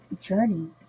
journey